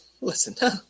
listen